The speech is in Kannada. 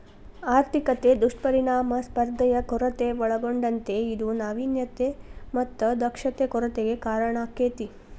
ಆರ್ಥಿಕತೆ ದುಷ್ಪರಿಣಾಮ ಸ್ಪರ್ಧೆಯ ಕೊರತೆ ಒಳಗೊಂಡತೇ ಇದು ನಾವಿನ್ಯತೆ ಮತ್ತ ದಕ್ಷತೆ ಕೊರತೆಗೆ ಕಾರಣಾಕ್ಕೆತಿ